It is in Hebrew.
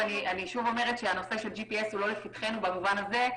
אני שוב אומרת שהנושא של ג'י.פי.אס הוא זה לא לפתחנו במובן הזה,